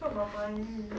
talk about money